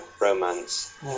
Romance